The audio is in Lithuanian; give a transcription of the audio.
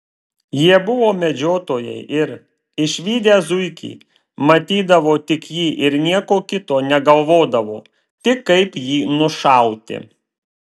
jie buvo medžiotojai ir išvydę zuikį matydavo tik jį ir nieko kito negalvodavo tik kaip jį nušauti